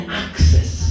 access